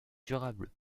durables